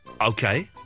Okay